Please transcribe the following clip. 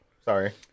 Sorry